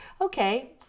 okay